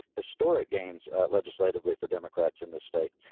historic gains legislatively for democrats in the state.